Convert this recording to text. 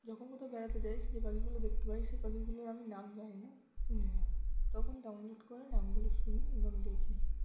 যখন কোথাও বেড়াতে যাই যে পাখিগুলো দেখতে পাই সেই পাখিগুলোর আমি নাম জানি না চিনি না তখন ডাউনলোড করে নামগুলো শুনি এবং দেখি